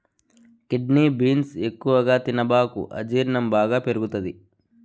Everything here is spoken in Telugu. కిడ్నీ బీన్స్ ఎక్కువగా తినబాకు అజీర్ణం బాగా పెరుగుతది